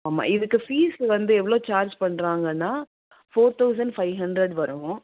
ஆமாம் இதுக்கு ஃபீஸ் வந்து எவ்வளோ சார்ஜ் பண்ணுறாங்கன்னா ஃபோர் தௌசண்ட் பை ஹண்ட்ரட் வரும்